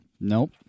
Nope